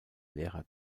lehrer